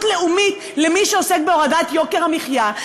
לאומית למי שעוסק בהורדת יוקר המחיה,